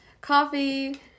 coffee